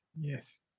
Yes